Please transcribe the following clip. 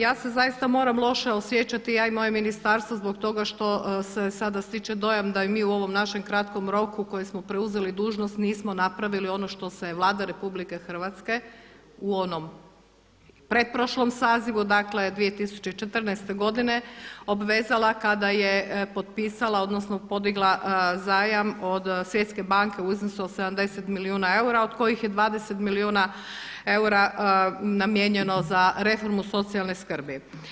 Ja se zaista moram loše osjećati, ja i moje ministarstvo zbog toga što se sada stiče dojam da i mi u ovom našem kratkom roku koji smo preuzeli dužnost nismo napravili ono što se je Vlada RH u onom pretprošlom sazivu dakle 2014. godine obvezala kada je potpisala odnosno podigla zajam od Svjetske banke u iznosu od 70 milijuna eura od kojih je 20 milijuna eura namijenjeno za reformu socijalne skrbi.